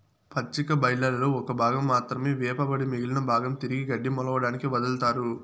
పచ్చిక బయళ్లలో ఒక భాగం మాత్రమే మేపబడి మిగిలిన భాగం తిరిగి గడ్డి మొలవడానికి వదులుతారు